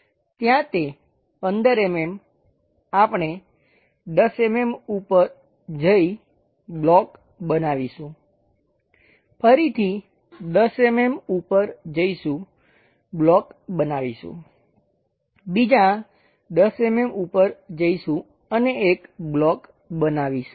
ત્યાં તે 15 mm આપણે 10 mm ઉપર જઈ બ્લોક બનાવીશું ફરીથી 10 mm ઉપર જઈશું બ્લોક બનાવીશું બીજા 10 mm ઉપર જઈશું અને એક બ્લોક બનાવીશું